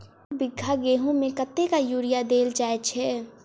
एक बीघा गेंहूँ मे कतेक यूरिया देल जाय छै?